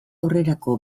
aurrerako